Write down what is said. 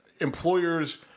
employers